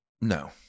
No